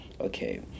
okay